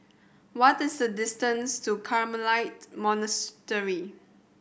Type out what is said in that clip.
what is the distance to Carmelite Monastery